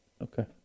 Okay